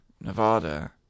nevada